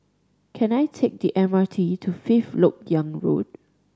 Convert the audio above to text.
can I take the M R T to Fifth Lok Yang Road